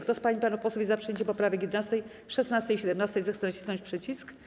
Kto z pań i panów posłów jest za przyjęciem poprawek 11., 16. i 17., zechce nacisnąć przycisk.